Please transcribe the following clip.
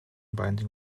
binding